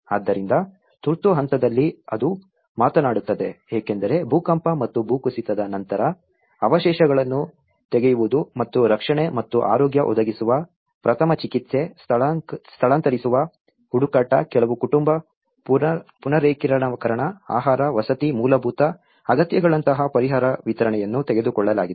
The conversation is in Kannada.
ಆದ್ದರಿಂದ ತುರ್ತು ಹಂತದಲ್ಲಿ ಅದು ಮಾತನಾಡುತ್ತದೆ ಏಕೆಂದರೆ ಭೂಕಂಪ ಮತ್ತು ಭೂಕುಸಿತದ ನಂತರ ಅವಶೇಷಗಳನ್ನು ತೆಗೆಯುವುದು ಮತ್ತು ರಕ್ಷಣೆ ಮತ್ತು ಆರೋಗ್ಯ ಒದಗಿಸುವ ಪ್ರಥಮ ಚಿಕಿತ್ಸೆ ಸ್ಥಳಾಂತರಿಸುವಿಕೆ ಹುಡುಕಾಟ ಕೆಲವು ಕುಟುಂಬ ಪುನರೇಕೀಕರಣ ಆಹಾರ ವಸತಿ ಮೂಲಭೂತ ಅಗತ್ಯಗಳಂತಹ ಪರಿಹಾರ ವಿತರಣೆಯನ್ನು ತೆಗೆದುಕೊಳ್ಳಲಾಗಿದೆ